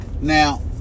Now